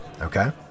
okay